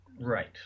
Right